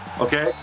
okay